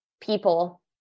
people